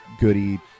goody